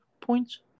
points